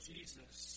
Jesus